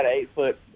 eight-foot